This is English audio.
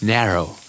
Narrow